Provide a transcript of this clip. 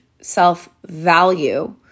self-value